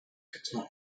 guitar